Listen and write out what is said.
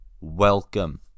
welcome